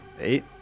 Eight